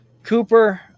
cooper